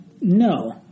no